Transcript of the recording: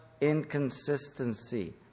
inconsistency